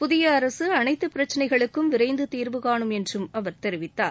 புதிய அரசு அனைத்து பிரச்சினைகளுக்கும் விரைந்து தீர்வுகானும் என்றும் அவர் தெரிவித்தார்